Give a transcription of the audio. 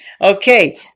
Okay